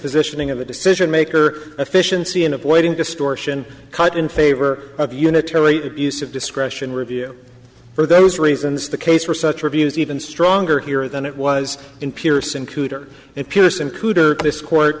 positioning of a decision maker efficiency in avoiding distortion cut in favor of unitary abuse of discretion review for those reasons the case for such reviews even stronger here than it was in pearson cooter and pearson cooter this court